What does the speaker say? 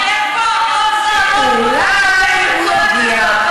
אולי הוא יגיע,